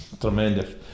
Tremendous